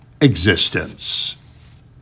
existence